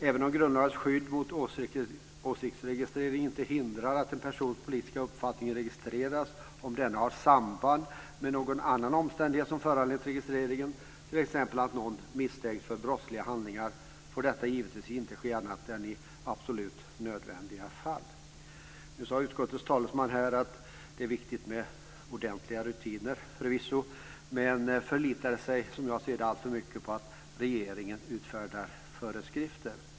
Även om grundlagens skydd mot åsiktsregistrering inte hindrar att en persons politiska uppfattning registreras om denna har samband med någon annan omständighet som föranlett registreringen, t.ex. att någon misstänks för brottsliga handlingar, får detta givetvis inte ske annat än i absolut nödvändiga fall. Nu sade utskottets talesman förvisso att det är viktigt med ordentliga rutiner, men han förlitar sig, som jag ser det, alltför mycket på att regeringen utfärdar föreskrifter.